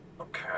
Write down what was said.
Okay